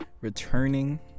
returning